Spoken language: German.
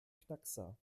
knackser